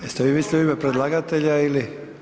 Jeste vi mislili u ime predlagatelja ili?